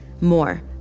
more